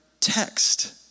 text